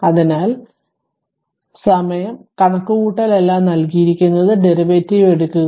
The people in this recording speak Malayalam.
അതിനാൽ സമയ കണക്കുകൂട്ടൽ എല്ലാം നൽകിയിരിക്കുന്നത് ഡെറിവേറ്റീവ് എടുക്കുക